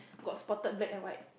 got spotted black and white